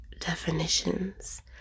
definitions